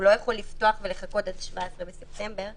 הוא לא יכול לפתוח ולחכות עד ה-17 בספטמבר